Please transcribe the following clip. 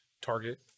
Target